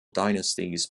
dynasties